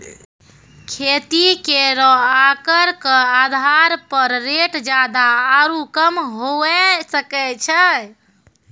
खेती केरो आकर क आधार पर रेट जादा आरु कम हुऐ सकै छै